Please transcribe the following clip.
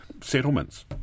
settlements